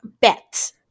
BET